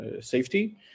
safety